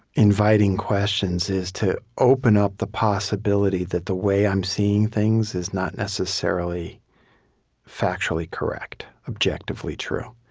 inviting questions, is to open up the possibility that the way i'm seeing things is not necessarily factually correct, objectively true,